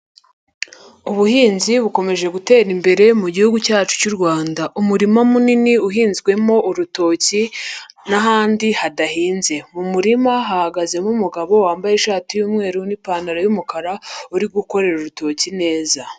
Ubuhinzi bukomeje gutera imbere mu gihugu cyacu cy'u rwanda. Umurima munini uhinzwemo urutoki n'ahandi hadahinze, mu murima hahagazemo umugabo wambaye ishati y'umweru n'ipantaro y'umukara uri gukorera urutoki neza.